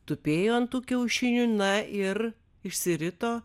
tupėjo ant tų kiaušinių na ir išsirito